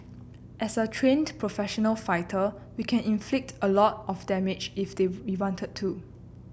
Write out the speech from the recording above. as a trained professional fighter we can inflict a lot of damage if they wanted to